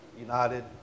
United